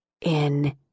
In